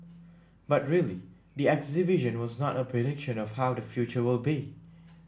but really the exhibition was not a prediction of how the future will be